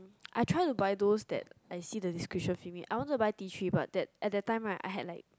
I try to buy those that I see the description feel me I want to buy tea tree but at the time right I had like